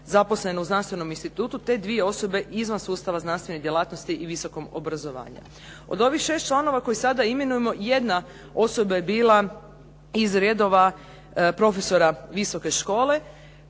zaposlena u znanstvenom institutu te dvije osobe izvan sustava znanstvenih djelatnosti i visokog obrazovanja. Od ovih 6 članova koje sada imenujemo, 1 osoba je bila iz redova profesora visoke škole,